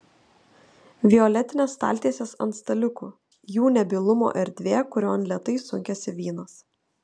violetinės staltiesės ant staliukų jų nebylumo erdvė kurion lėtai sunkiasi vynas